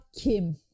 Kim